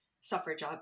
suffrage